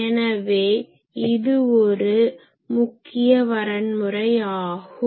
எனவே இது ஒரு முக்கிய வரன்முறை ஆகும்